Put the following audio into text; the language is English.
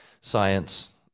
science